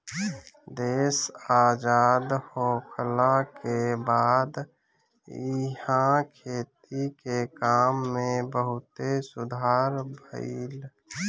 देश आजाद होखला के बाद इहा खेती के काम में बहुते सुधार भईल